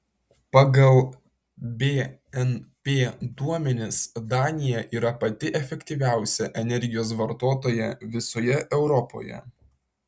pagal bnp duomenis danija yra pati efektyviausia energijos vartotoja visoje europoje